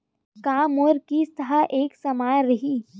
का मोर किस्त ह एक समान रही?